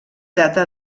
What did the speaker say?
data